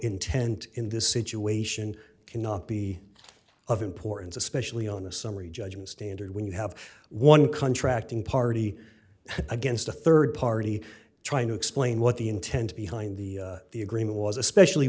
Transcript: intent in this situation cannot be of importance especially on a summary judgment standard when you have one contracting party against a rd party trying to explain what the intent behind the the agreement was especially